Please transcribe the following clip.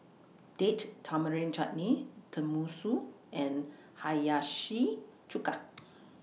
Date Tamarind Chutney Tenmusu and Hiyashi Chuka